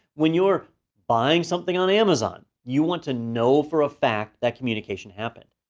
when you're buying something on amazon, you want to know for a fact that communication happened.